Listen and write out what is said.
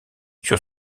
sur